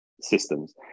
systems